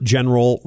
General